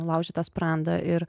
nulauži tą sprandą ir